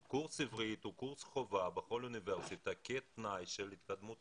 קורס עברית הוא קורס חובה בכל אוניברסיטה כתנאי להתקדמות.